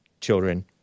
children